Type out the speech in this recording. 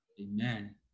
Amen